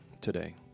today